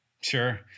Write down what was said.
Sure